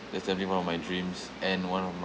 that's every one of my dreams and one of my